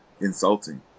insulting